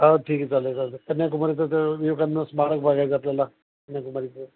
हा ठीक आहे चालेल चालेल कन्याकुमारीचा विवेकानंद स्मारक बघायचं आहे आपल्याला कन्याकुमारीच